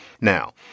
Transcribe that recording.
now